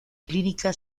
clínica